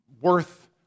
worth